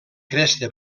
cresta